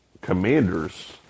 Commanders